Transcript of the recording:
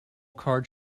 card